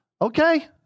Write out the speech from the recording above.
Okay